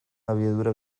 abiadura